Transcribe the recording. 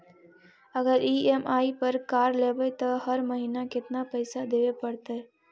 अगर ई.एम.आई पर कार लेबै त हर महिना केतना पैसा देबे पड़तै?